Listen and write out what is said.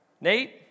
Nate